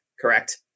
Correct